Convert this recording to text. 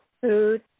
food